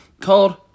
called